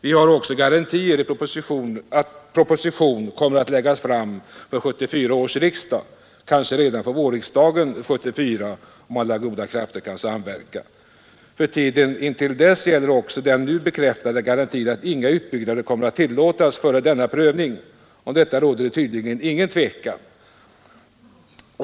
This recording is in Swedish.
Vi har också garantier för att proposition kommer att läggas fram för 1974 års riksdag, kanske redan till vårriksdagen 1974, om alla goda krafter kan samverka. För tiden intill dess gäller också den nu bekräftade garantin att inga utbyggnader kommer att tillåtas i avvaktan på denna prövning. Om detta råder det tydligen ingen tvekan.